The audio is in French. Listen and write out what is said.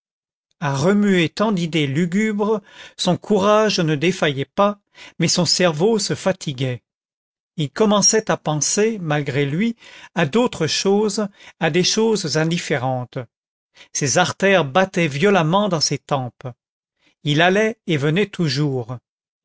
à remuer tant d'idées lugubres son courage ne défaillait pas mais son cerveau se fatiguait il commençait à penser malgré lui à d'autres choses à des choses indifférentes ses artères battaient violemment dans ses tempes il allait et venait toujours